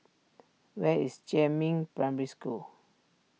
where is Jiemin Primary School